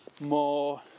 more